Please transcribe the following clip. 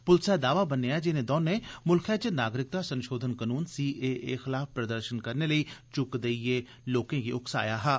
पुलसै दावा बन्नेआ ऐ जे इनें दौनें मुल्खै च नागरिकता संशोधन कनून सीएए खलाफ प्रदर्शन करने लेई चुक्क देइयै लोकें गी उक्साया हा